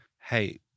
Hey